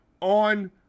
on